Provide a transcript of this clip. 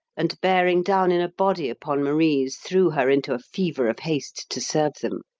and bearing down in a body upon marise, threw her into a fever of haste to serve them.